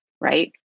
right